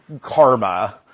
karma